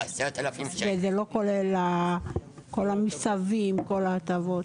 וזה לא כולל כל המסביב, כל ההטבות.